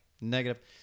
negative